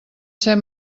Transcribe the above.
ser